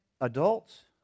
adults